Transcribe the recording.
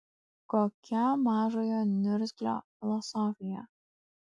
kokia mažojo niurzglio filosofija